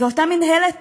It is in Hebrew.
ואותה מינהלת